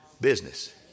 business